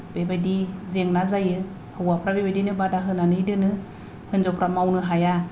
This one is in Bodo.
बेबायदि जेंना जायो हौवाफ्रा बेबायदिनो बादा होनानै दोनो हिनजावफ्रा मावनो हाया